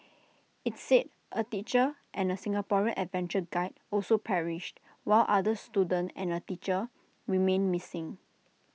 IT said A teacher and A Singaporean adventure guide also perished while another student and A teacher remain missing